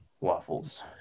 waffles